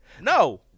No